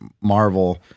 Marvel